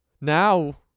Now